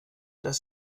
dass